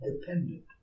dependent